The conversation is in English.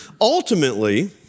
ultimately